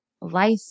life